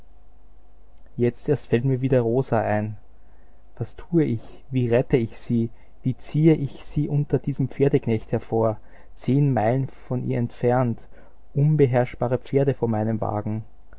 jetzt erst fällt mir wieder rosa ein was tue ich wie rette ich sie wie ziehe ich sie unter diesem pferdeknecht hervor zehn meilen von ihr entfernt unbeherrschbare pferde vor meinem wagen